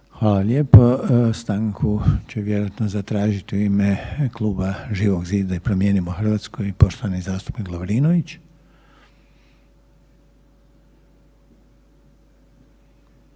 Hvala lijepo. Stanku će vjerojatno zatražiti u ime kluba Živog zida i Promijenimo Hrvatsku i poštovani zastupnik Lovrinović.